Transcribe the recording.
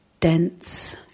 dense